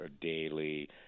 daily